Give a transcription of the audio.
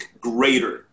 greater